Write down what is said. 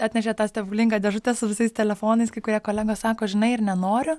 atnešė tą stebuklingą dėžutę su visais telefonais kai kurie kolegos sako žinai ir nenoriu